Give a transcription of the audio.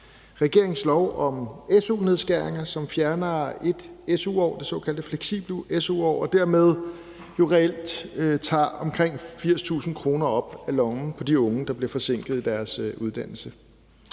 lovforslag om su-nedskæringer, som fjerner 1 su-år, det såkaldte fleksible su-år, og dermed jo reelt tager omkring 80.000 kr. op af lommen på de unge, der bliver forsinket i deres uddannelse.